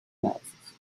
analysis